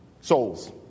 souls